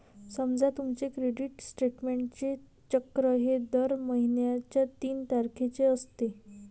समजा तुमचे क्रेडिट स्टेटमेंटचे चक्र हे दर महिन्याच्या तीन तारखेचे असते